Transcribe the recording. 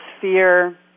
fear